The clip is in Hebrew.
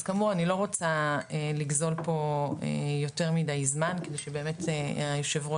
אני לא רוצה לגזול פה יותר מידי זמן כדי שבאמת היושב-ראש,